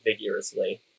vigorously